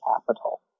capital